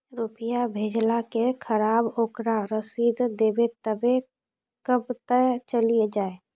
रुपिया भेजाला के खराब ओकरा रसीद देबे तबे कब ते चली जा?